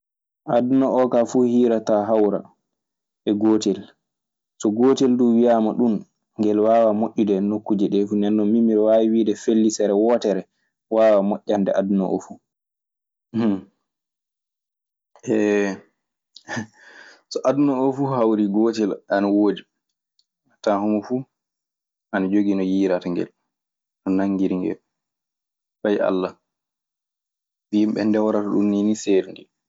Aduna o ka fu hirata hawra e gotel so gotel dum wiama ɗun, gel wawa mojude e nokujeɗe fu. Ndennon min mi ɗon wawi wide felicere wotere wawa mojanɗe aduna o fu. so aduna o fuu hawri gootel ana woodi. Tawan moni fuu ana jogii no yirata ngel, no naggiri ngel, woni Allah. No yimɓe ndewrata ngel ni seerndi.